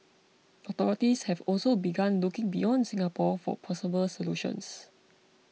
authorities have also begun looking beyond Singapore for possible solutions